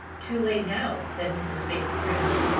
too late now, said mrs. bates grimly,